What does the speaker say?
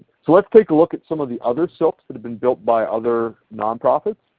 so let's take a look at some of the other silks that have been built by other nonprofits,